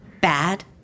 Bad